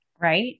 Right